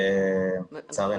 לצערנו.